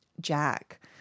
Jack